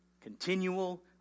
Continual